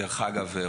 דרך אגב,